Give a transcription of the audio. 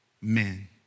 men